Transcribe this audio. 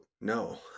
no